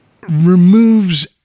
removes